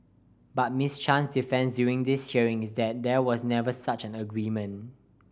but Miss Chan's defence during this hearing is that there was never such an agreement